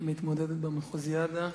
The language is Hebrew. שמתמודדת ב"מחוזיאדה"